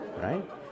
right